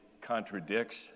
contradicts